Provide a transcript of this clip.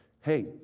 hey